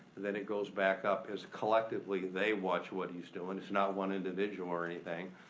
then it goes back up as collectively they watch what he's doin'. it's not one individual or anything.